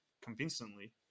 convincingly